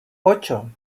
ocho